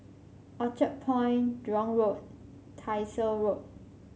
Orchard Point Jurong Road Tyersall Road